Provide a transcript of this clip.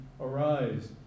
Arise